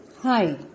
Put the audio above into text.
Hi